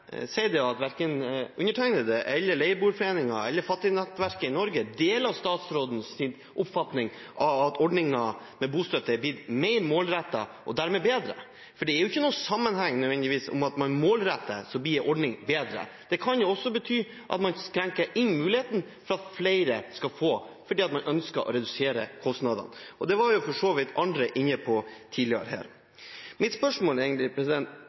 at verken undertegnede, Leieboerforeningen eller Fattignettverket Norge deler statsrådens oppfatning av at ordningen med bostøtte er blitt mer målrettet og dermed bedre. Det er ikke nødvendigvis noen sammenheng her – at om man målretter, så blir en ordning bedre. Det kan også bety at man innskrenker muligheten for at flere kan få, fordi man ønsker å redusere kostnadene. Det var for så vidt andre inne på tidligere her. Mine spørsmål er: